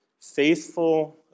faithful